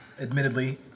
admittedly